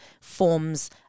forms